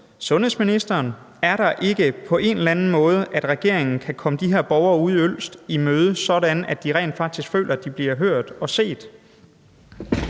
sundhedsministeren, om ikke regeringen på en eller anden måde kan komme de her borgere ude i Ølst i møde, sådan at de rent faktisk føler, de bliver hørt og set.